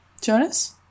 Jonas